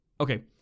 Okay